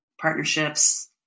partnerships